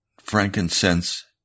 frankincense